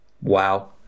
Wow